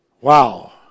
Wow